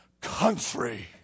country